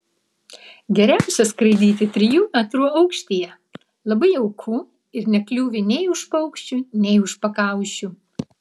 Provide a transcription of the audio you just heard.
geriausia skraidyti trijų metrų aukštyje labai jauku ir nekliūvi nei už paukščių nei už pakaušių